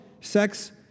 sex